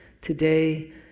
today